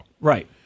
Right